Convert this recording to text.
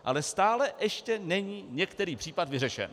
Ale stále ještě není některý případ vyřešen.